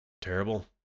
Terrible